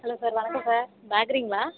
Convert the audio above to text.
hello sir வணக்கம் sir பேக்கிரிங்களா